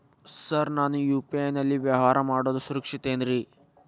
Sir ನಾನು UPI ನಲ್ಲಿ ವ್ಯವಹಾರ ಮಾಡೋದು ಸುರಕ್ಷಿತ ಏನ್ರಿ?